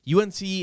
UNC